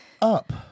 up